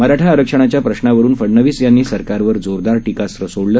मराठा आरक्षणाच्या प्रश्नावरुन फडनवीस यांनी सरकारवर जोरदार टीकास्त्र सोडलं